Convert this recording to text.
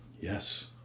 Yes